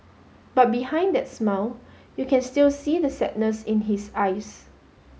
but behind that smile you can still see the sadness in his eyes